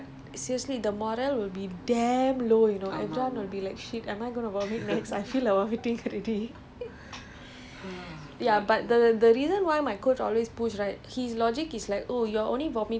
the minute one person vomit ah everybody else will be affected I don't even know why but seriously the morale will be damn low you know everyone will be like shit am I gonna vomit next I feel the vomiting already